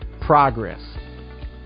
progress